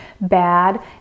bad